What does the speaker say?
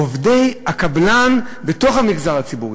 עובדי הקבלן בתוך המגזר הציבורי.